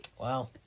Wow